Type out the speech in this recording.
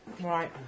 Right